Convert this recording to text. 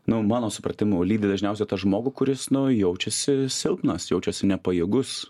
nu mano supratimu lydi dažniausiai tą žmogų kuris nu jaučiasi silpnas jaučiasi nepajėgus